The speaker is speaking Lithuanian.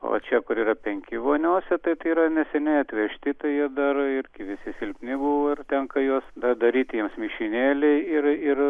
o čia kur yra penki voniose tai tai yra neseniai atvežti tai jie dar irgi visi silpni buvo ir tenka juos daryti jiems mišinėlį ir ir